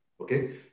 Okay